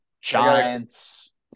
Giants